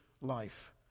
life